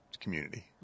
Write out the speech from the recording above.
community